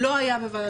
לא היה בוועדת ברלינר.